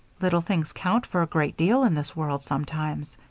little things count for a great deal in this world, sometimes,